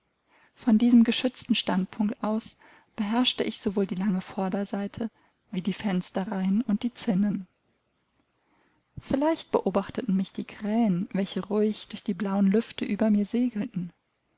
von diesem geschützten standpunkt aus beherrschte ich sowohl die lange vorderseite wie die fensterreihen und die zinnen vielleicht beobachteten mich die krähen welche ruhig durch die blauen lüfte über mir segelten